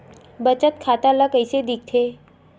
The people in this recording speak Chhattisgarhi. बचत खाता ला कइसे दिखथे?